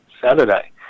Saturday